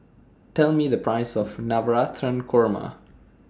Tell Me The Price of Navratan Korma